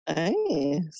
Nice